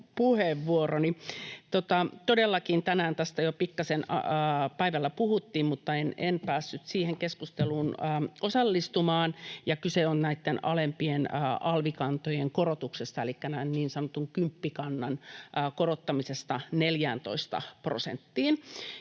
todellakin tänään tästä jo pikkasen päivällä puhuttiin, mutta en päässyt siihen keskusteluun osallistumaan. Kyse on näitten alempien alvikantojen korotuksesta elikkä niin sanotun kymppikannan korottamisesta 14 prosenttiin.